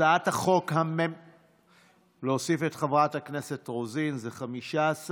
הצעת חוק משפחות חיילים שנספו במערכה (תגמולים ושיקום) (תיקון מס' 41)